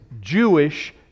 Jewish